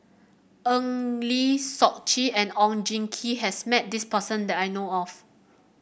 Eng Lee Seok Chee and Oon Jin Gee has met this person that I know of